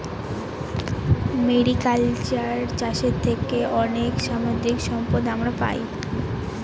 mariculture চাষের থেকে অনেক সামুদ্রিক সম্পদ আমরা পাই